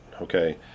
okay